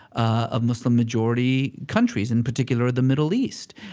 of muslim majority countries, in particular, the middle east.